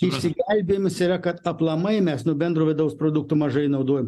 išsigelbėjimas yra kad aplamai mes nuo bendro vidaus produkto mažai naudojam